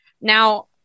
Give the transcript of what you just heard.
Now